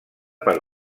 per